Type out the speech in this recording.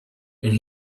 and